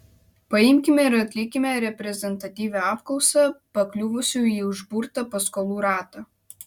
paimkime ir atlikime reprezentatyvią apklausą pakliuvusių į užburtą paskolų ratą